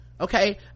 Okay